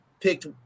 picked